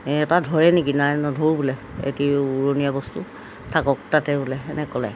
এটা ধৰে নেকি নাই নধৰোঁ বোলে হেঁতি উৰণীয়া বস্তু থাকক তাতে বোলে সেনেকৈ ক'লে